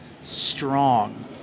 strong